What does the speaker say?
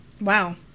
Wow